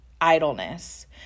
idleness